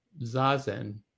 zazen